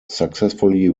successfully